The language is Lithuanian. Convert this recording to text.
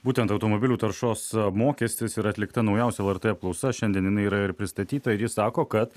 būtent automobilių taršos mokestis ir atlikta naujausia lrt apklausa šiandien jinai yra ir pristatyta ir ji sako kad